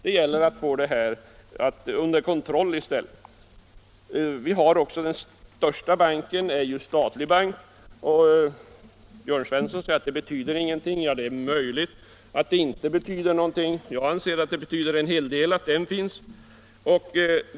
Det gäller i stället att få bankernas verksamhet under kontroll. Den största banken i vårt land är statlig. Jörn Svensson säger att det inte betyder någonting. Det är möjligt att det inte betyder någonting, men jag anser att det betyder en hel del att den banken finns.